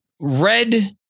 red